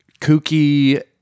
kooky